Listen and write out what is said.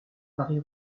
paris